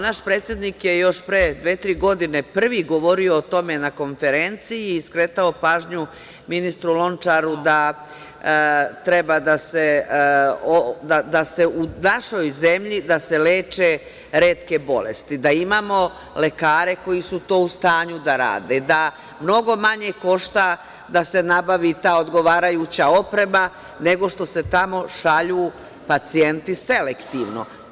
Naš predsednik je još pre dve, tri godine prvi govorio o tome na konferenciji i skretao pažnju ministru Lončaru da treba da se u našoj zemlji leče retke bolesti, da imamo lekare koji su to u stanju da rade, da mnogo manje košta da se nabavi ta odgovarajuća oprema nego što se tamo šalju pacijenti selektivno.